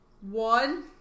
One